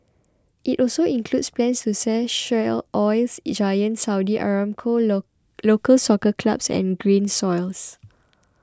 it also includes plans to sell shares oils giant Saudi Aramco local soccer clubs and Grain Silos